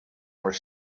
were